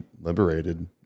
liberated